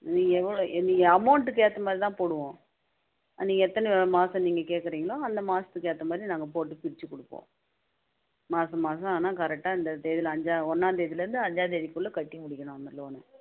நீங்கள் எவ்வளோ நீங்கள் அமௌண்ட்டுக்கு ஏற்ற மாதிரிதான் போடுவோம் நீங்கள் எத்தனை மாதம் நீங்கள் கேட்குறீங்களோ அந்த மாதத்துக்கு ஏற்ற மாதிரி நாங்கள் போட்டு பிரித்து கொடுப்போம் மாதம் மாதம் ஆனால் கரெக்டாக இந்த தேதியில் அஞ்சாம் ஒன்றாந்தேதிலேருந்து அஞ்சாம்தேதிக்குள்ள கட்டி முடிக்கணும் அந்த லோனு